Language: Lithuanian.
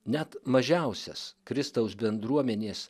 net mažiausias kristaus bendruomenės